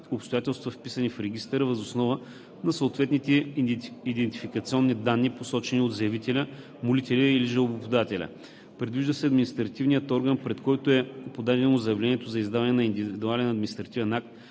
обстоятелства, вписани в Регистъра, въз основа на съответните идентификационни данни, посочени от заявителя, молителя или жалбоподателя. Предвижда се административният орган, пред който е подадено заявление за издаване на индивидуален административен акт,